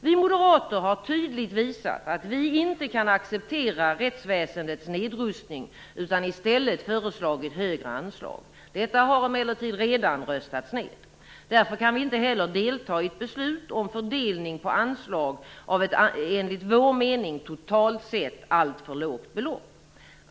Vi moderater har tydligt visat att vi inte kan acceptera rättsväsendets nedrustning, utan vi har i stället föreslagit högre anslag. Detta har emellertid redan röstats ned. Därför kan vi inte heller delta i ett beslut om fördelning av anslag på ett i vår mening totalt sett alltför lågt belopp.